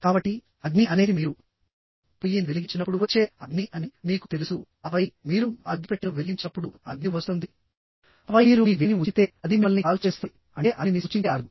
కాబట్టి అగ్ని అనేది మీరు పొయ్యిని వెలిగించినప్పుడు వచ్చే అగ్ని అని మీకు తెలుసు ఆపై మీరు అగ్గిపెట్టెను వెలిగించినప్పుడు అగ్ని వస్తుంది ఆపై మీరు మీ వేలిని ఉంచితే అది మిమ్మల్ని కాల్చివేస్తుంది అంటే అగ్నిని సూచించే అర్థం